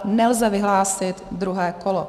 Nelze vyhlásit druhé kolo.